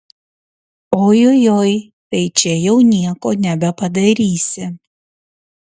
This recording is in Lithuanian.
ojojoi tai čia jau nieko nebepadarysi